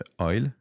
oil